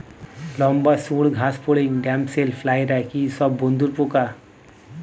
লম্বা সুড় ঘাসফড়িং ড্যামসেল ফ্লাইরা কি সব বন্ধুর পোকা?